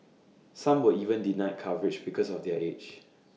some were even denied coverage because of their age